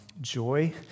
joy